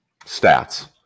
stats